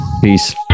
Peace